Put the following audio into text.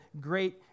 great